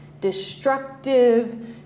destructive